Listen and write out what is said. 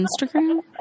Instagram